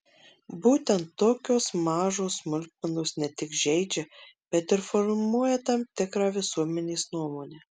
būtent tokios mažos smulkmenos ne tik žeidžia bet ir formuoja tam tikrą visuomenės nuomonę